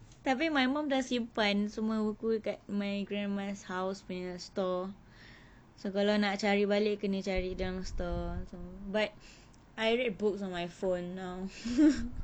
tapi my mom dah simpan semua buku dekat my grandma's house punya store so kalau nak cari balik kena cari dalam store tu but I read books on my phone now